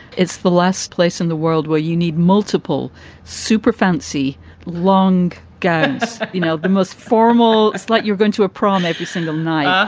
it's the last place in the world where you need multiple super fancy long, you know, the most formal. it's like you're going to a prom every single night. yeah